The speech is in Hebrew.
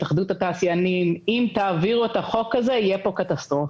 התאחדות התעשיינים אם תעבירו את החוק הזה תהיה פה קטסטרופה.